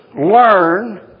learn